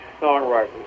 songwriters